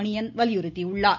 மணியன் வலியுறுத்தியுள்ளார்